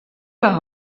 par